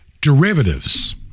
derivatives